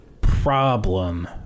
problem